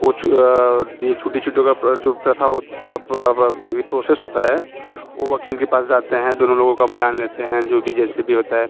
वो ये छुट्टी छुट्टा का जो प्रथा होत ये प्रोसेस होता है वो वक़ील के पास जाते हैं दोनो लोगों का बयान लेते हैं जो भी जैसे भी होता है